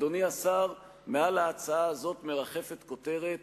אדוני השר, מעל ההצעה הזאת מרחפת כותרת: